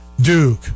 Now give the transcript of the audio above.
Duke